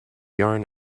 yarn